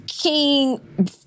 king